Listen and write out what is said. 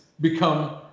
become